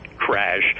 crash